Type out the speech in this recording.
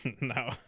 No